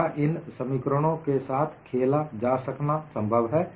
क्या इन समीकरणों के साथ खेला जा सकना संभव है